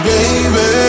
Baby